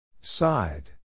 Side